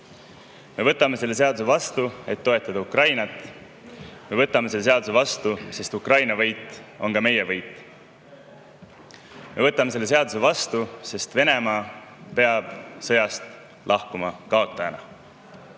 Me võtame selle seaduse vastu, et toetada Ukrainat. Me võtame selle seaduse vastu, sest Ukraina võit on ka meie võit. Me võtame selle seaduse vastu, sest Venemaa peab sõjast lahkuma kaotajana.